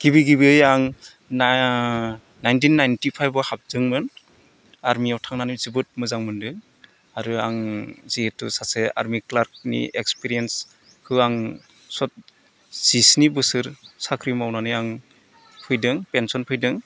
गिबि गिबि आं नाइनटिन नाइनटि फाइभआव हाबदोंमोन आर्मियाव थांनानै जोबोद मोजां मोनदों आरो आं जिहैथु सासे आर्मि ख्लार्कनि एक्सपिरियेन्सखौ आं जिस्नि बोसोर साख्रि मावनानै आं फैदों पेनसन फैदों